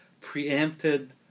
preempted